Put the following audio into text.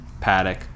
Paddock